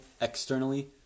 externally